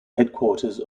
headquarters